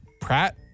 Pratt